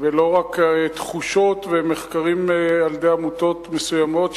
ולא רק לתחושות ומחקרים של עמותות מסוימות,